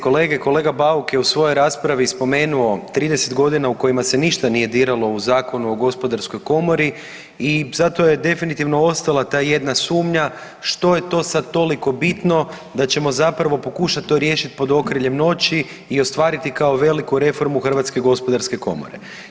Kolegice i kolege, kolega Bauk je u svojoj raspravi spomenuo 30 godina u kojima se ništa nije diralo u Zakonu o gospodarskoj komori i zato je definitivno ostala ta jedna sumnja što je to sad toliko bitno da ćemo zapravo pokušat to riješiti pod okriljem noći i ostvariti kao veliku reformu Hrvatske gospodarske komore.